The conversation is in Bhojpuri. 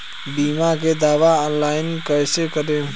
बीमा के दावा ऑनलाइन कैसे करेम?